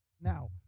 Now